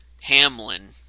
Hamlin